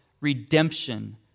redemption